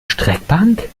streckbank